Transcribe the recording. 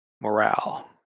morale